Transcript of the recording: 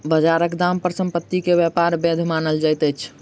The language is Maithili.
बजारक दाम पर संपत्ति के व्यापार वैध मानल जाइत अछि